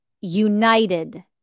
United